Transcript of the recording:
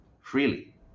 freely